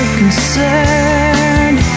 concerned